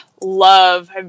love